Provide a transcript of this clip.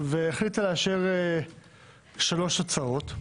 והחליטה לאשר שלוש הצעות,